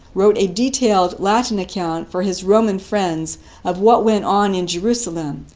wrote a detailed latin account for his roman friends of what went on in jerusalem,